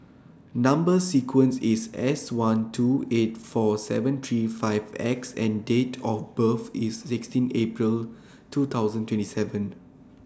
Number sequence IS S one two eight four seven three five X and Date of birth IS sixteen April two thousand twenty seven